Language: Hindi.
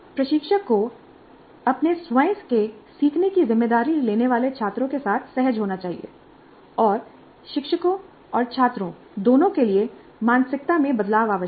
प्रशिक्षक को अपने स्वयं के सीखने की जिम्मेदारी लेने वाले छात्रों के साथ सहज होना चाहिए और शिक्षकों और छात्रों दोनों के लिए मानसिकता में बदलाव आवश्यक है